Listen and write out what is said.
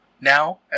Now